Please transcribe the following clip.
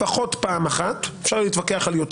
לפחות פעם אחת אפשר להתווכח על יותר